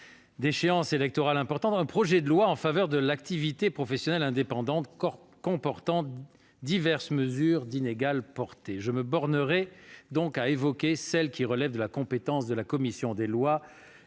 d'échéances électorales importantes, un projet de loi en faveur de l'activité professionnelle indépendante comportant diverses mesures d'inégale portée. Je me bornerai à évoquer celles qui relèvent de la compétence de la commission des lois,